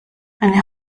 eine